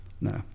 no